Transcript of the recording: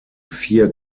vier